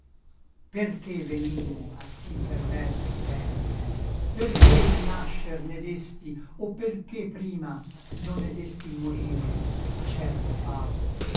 perché venimmo a sì perversi tempi perché il nascer ne desti o perché prima non ne desti il morire acerbo fato